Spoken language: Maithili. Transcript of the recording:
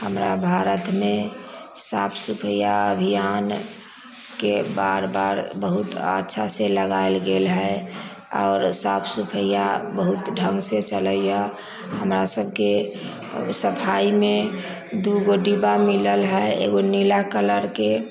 हमरा भारतमे साफ सफैआ अभियानके बार बार बहुत अच्छासँ लगायल गेल हइ आओर साफ सफैआ बहुत ढङ्गसँ चलैए हमरासभके सफाइमे दूगो डिब्बा मिलल हइ एगो नीला कलरके